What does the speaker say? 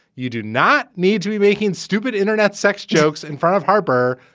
you do not need to be making stupid internet sex jokes in front of harper.